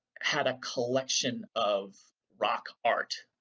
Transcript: had a collection of rock art.